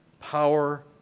power